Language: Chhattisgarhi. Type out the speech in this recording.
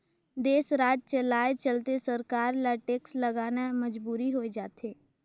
देस, राज चलाए चलते सरकार ल टेक्स लगाना मजबुरी होय जाथे